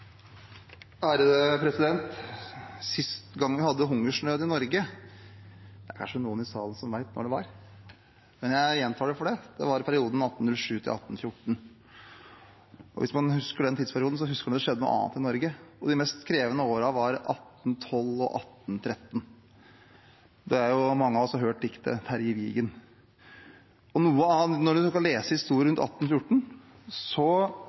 kanskje noen i salen som vet når det var, men jeg gjentar det allikevel – var i perioden 1807–1814. Hvis man ser på den tidsperioden, husker man at det skjedde noe annet i Norge, og de mest krevende årene var 1812 og 1813. Det er mange av oss som har hørt diktet «Terje Vigen». Når en leser historie fra rundt 1814, sier flere at noe av selvstendighetspolitikken, som fikk økende støtte, skyldtes nettopp manglende matforsyning i